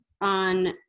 on